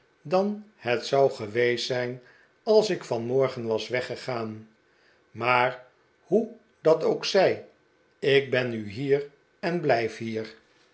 dan het zou geweest zijn als ik vanmorgen was weggegaan maar hoe dat ook zij ik ben nu hier en blijf hier